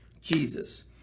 Jesus